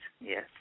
yes